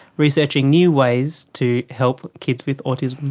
researching new ways to help kids with autism.